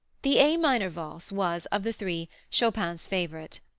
the a minor valse was, of the three, chopin's favorite.